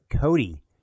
Cody